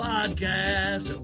Podcast